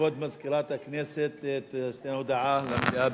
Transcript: לכבוד מזכירת הכנסת יש הודעה למליאה,